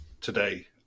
today